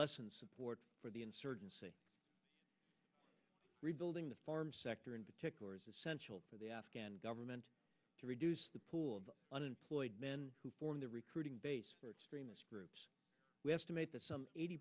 lessen support for the insurgency rebuilding the farm sector in particular is essential for the afghan government to reduce the pool of unemployed men who form the recruiting base groups we estimate that some eighty